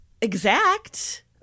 exact